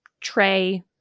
tray